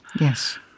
Yes